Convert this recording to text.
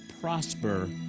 prosper